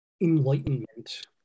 enlightenment